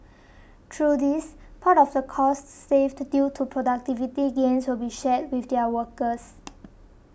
through this part of the costs saved due to productivity gains will be shared with their workers